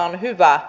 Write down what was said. hän sanoi